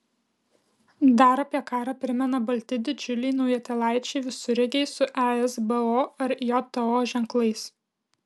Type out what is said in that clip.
dar apie karą primena balti didžiuliai naujutėlaičiai visureigiai su esbo ar jto ženklais